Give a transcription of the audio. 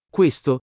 Questo